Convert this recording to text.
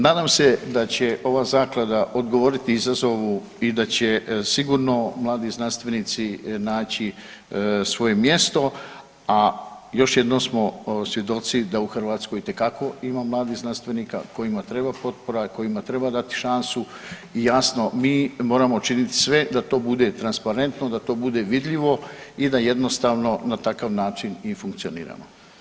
Nadam se da će ova zaklada odgovoriti izazovu i da će sigurno mladi znanstvenici naći svoje mjesto, a još jednom smo svjedoci da u Hrvatskoj itekako ima mladih znanstvenika kojima treba potpora, kojima treba dati šansu i jasno mi moramo činit sve da to bude transparentno, da to bude vidljivo i da jednostavno na takav način i funkcioniramo.